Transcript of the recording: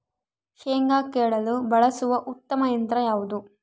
ಶೇಂಗಾ ಕೇಳಲು ಬಳಸುವ ಉತ್ತಮ ಯಂತ್ರ ಯಾವುದು?